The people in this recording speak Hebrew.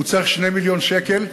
הוא צריך 2 מיליון שקל,